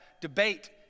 debate